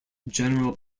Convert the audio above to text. general